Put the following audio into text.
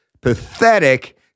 pathetic